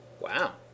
Wow